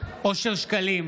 אושר שקלים,